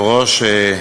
השר פרוש, בבקשה.